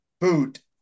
boot